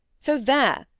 so there